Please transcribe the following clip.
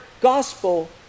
gospel